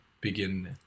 begin